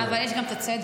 -- אבל יש גם צדק.